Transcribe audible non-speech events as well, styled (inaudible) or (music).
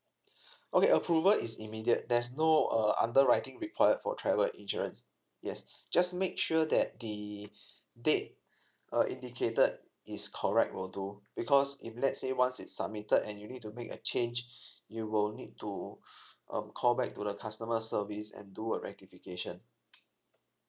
okay approval is immediate there's no uh underwriting required for travel insurance yes just make sure that the date uh indicated is correct will do because if let's say once it's submitted and you need to make a change you will need to (breath) um call back to the customer service and do a rectification